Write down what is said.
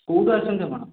କେଉଁଠୁ ଆସିଛନ୍ତି ଆପଣ